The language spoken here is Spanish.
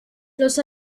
los